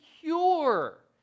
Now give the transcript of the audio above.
cure